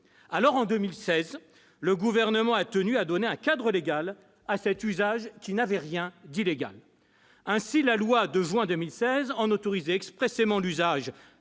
En 2016, le Gouvernement a tenu à donner un cadre légal à cet usage qui n'avait rien d'illégal. La loi du 3 juin 2016 autorisait expressément l'usage